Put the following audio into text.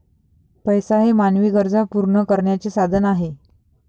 पैसा हे मानवी गरजा पूर्ण करण्याचे साधन आहे